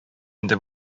инде